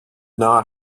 not